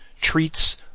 treats